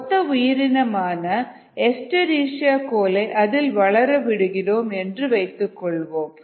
ஒத்த உயிரினமான Escherichia coli அதில் வளர விடுகிறோம் என்று கொள்வோம்